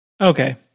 Okay